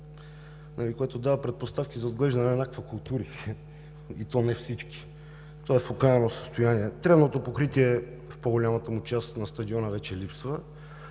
което дава предпоставки за отглеждане на аквакултури, и то не всички. Той е в окаяно състояние. Тревното покритие в по-голямата част на стадиона вече липсва.